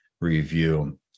Review